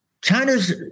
China's